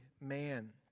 man